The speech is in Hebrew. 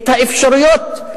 את האפשרויות,